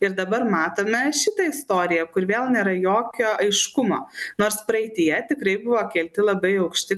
ir dabar matome šitą istoriją kur vėl nėra jokio aiškumo nors praeityje tikrai buvo kelti labai aukšti